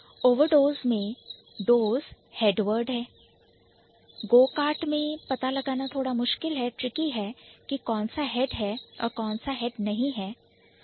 Overdose मैं dose head word है go kart में पता लगाना थोड़ा मुश्किलTricky है कि कौन साhead है और कौन सा head नहीं है